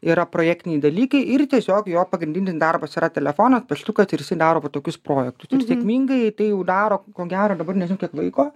yra projektiniai dalykai ir tiesiog jo pagrindinis darbas yra telefonas paštu kad ir jisai daro va tokius projektus ir sėkmingai tai jau daro ko gero dabar net nežinau kiek laiko